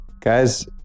Guys